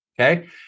okay